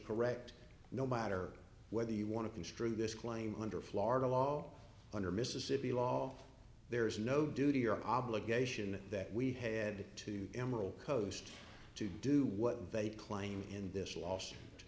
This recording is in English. correct no matter whether you want to construe this claim under florida law under mississippi law there is no duty or obligation that we had to emerald coast to do what they claim in this la